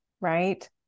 Right